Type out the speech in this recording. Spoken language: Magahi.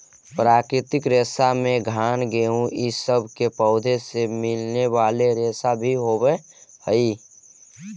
प्राकृतिक रेशा में घान गेहूँ इ सब के पौधों से मिलने वाले रेशा भी होवेऽ हई